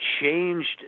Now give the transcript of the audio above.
changed